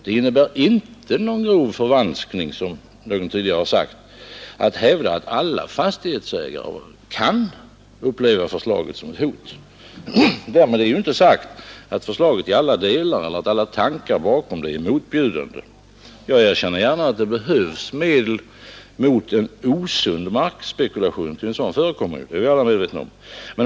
Det innebär inte någon grov förvanskning, som tidigare här har sagts, att hävda att alla fastighetsägare kan uppleva förslaget som ett hot. Därmed är inte sagt att förslaget i alla delar eller att alla tankar bakom det är motbjudande. Jag erkänner gärna att det behövs medel mot osund markspekulation — ty sådan förekommer, det är vi alla medvetna om.